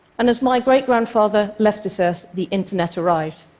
and as my great-grandfather left this earth, the internet arrived.